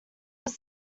was